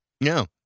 No